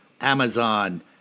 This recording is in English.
Amazon